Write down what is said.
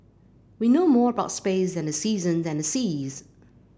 we know more about space than the seasons and the seas